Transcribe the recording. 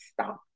stop